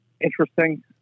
interesting